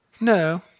No